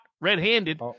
red-handed